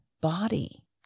body